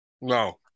No